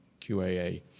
QAA